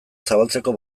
zabaltzeko